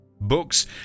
Books